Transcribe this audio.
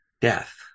death